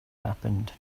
happened